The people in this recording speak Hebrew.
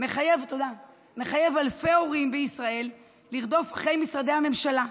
מחייב אלפי הורים בישראל לרדוף אחרי משרדי הממשלה,